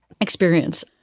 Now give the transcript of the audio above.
Experience